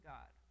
God